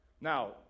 Now